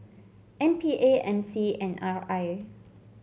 M P A M C and R I